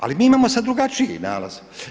Ali mi imamo sad drugačiji nalaz.